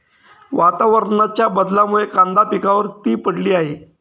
वातावरणाच्या बदलामुळे कांदा पिकावर ती पडली आहे